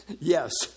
yes